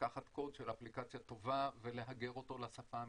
לקחת קוד של אפליקציה טובה ולהגר אותו לשפה המדינתית.